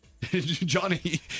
Johnny